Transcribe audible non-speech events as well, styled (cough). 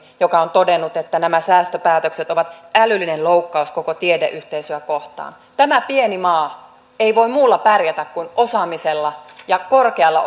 joka on todennut että nämä säästöpäätökset ovat älyllinen loukkaus koko tiedeyhteisöä kohtaan tämä pieni maa ei voi muulla pärjätä kuin osaamisella ja korkealla (unintelligible)